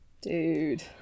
Dude